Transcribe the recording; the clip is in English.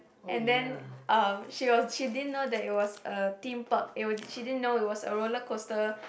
and then um she was she didn't know that it was a Theme Park it was she didn't know it was a roller coster